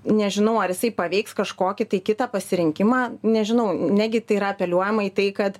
nežinau ar jisai paveiks kažkokį tai kitą pasirinkimą nežinau negi tai yra apeliuojama į tai kad